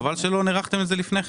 חבל שלא נערכתם לזה לפני כן.